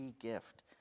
gift